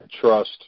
trust